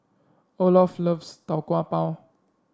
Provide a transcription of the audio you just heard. Olof loves Tau Kwa Pau